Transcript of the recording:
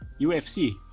ufc